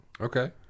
Okay